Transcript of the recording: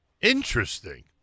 Interesting